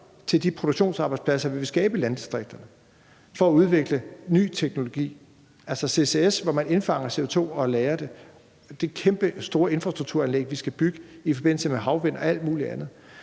til de produktionsarbejdspladser, vi vil skabe i landdistrikterne for at udvikle ny teknologi, altså ccs, hvor man indfanger CO2 og lagrer det, det kæmpestore infrastrukturanlæg, vi skal bygge i forbindelse med havvind, og alt muligt andet.